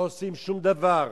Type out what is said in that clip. לא עושים שום דבר.